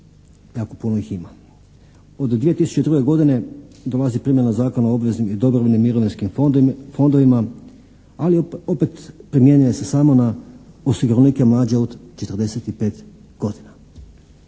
Jako puno ih ima. Od 2002. godine dolazi primjena Zakona o obveznim i dobrovoljnim mirovinskim fondovima, ali opet, primjenjuje se samo na osiguranike mlađe od 45 godina.